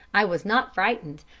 i was not frightened,